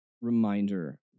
reminder